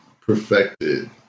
perfected